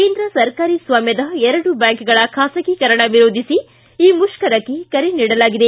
ಕೇಂದ್ರ ಸರ್ಕಾರಿ ಸ್ವಾಮ್ಯದ ಎರಡು ಬ್ಯಾಂಕ್ಗಳ ಖಾಸಗೀಕರಣ ವಿರೋಧಿಸಿ ಈ ಮುಷ್ಕರಕ್ಕೆ ಕರೆ ನೀಡಲಾಗಿದೆ